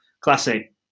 classy